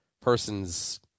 person's